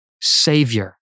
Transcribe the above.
savior